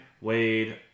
Wade